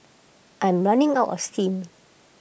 I'm running out of steam